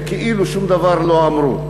וכאילו שום דבר לא אמרו.